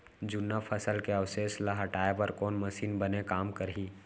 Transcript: जुन्ना फसल के अवशेष ला हटाए बर कोन मशीन बने काम करही?